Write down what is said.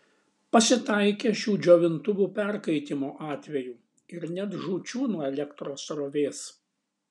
pasitaikė šių džiovintuvų perkaitimo atvejų ir net žūčių nuo elektros srovės